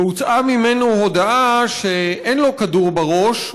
והוצאה ממנו הודאה שאין לו כדור בראש,